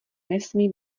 nesmí